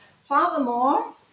Furthermore